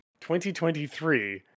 2023